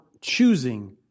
choosing